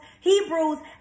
Hebrews